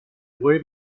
buey